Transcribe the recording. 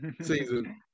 season